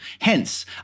Hence